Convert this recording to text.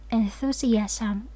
enthusiasm